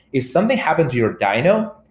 if something happened to your dyno,